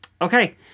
okay